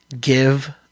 give